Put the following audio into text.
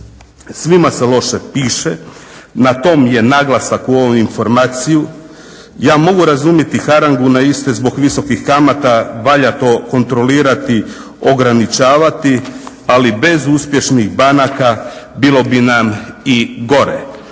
svima se loše piše, na tom je naglasak u ovu informaciju. Ja mogu razumjeti harangu na iste zbog visokih kamata, valja to kontrolirati ograničavati ali bez uspješnih banaka bilo bi nam i gore.